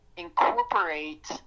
incorporate